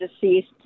deceased